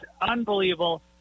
unbelievable